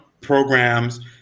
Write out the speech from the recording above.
programs